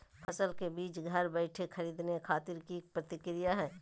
फसल के बीज घर बैठे खरीदे खातिर की प्रक्रिया हय?